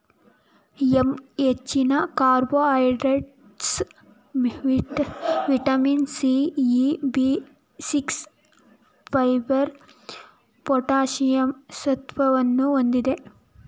yam ಹೆಚ್ಚಿನ carbohydrates, vitamin C, E, B six, fibre, potassium ಸತ್ವಗಳನ್ನು ಹೊಂದಿದೆ